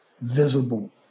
visible